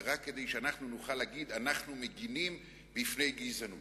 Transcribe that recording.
ורק כדי שאנחנו נוכל להגיד: אנחנו מגינים בפני גזענות.